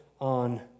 on